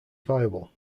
viable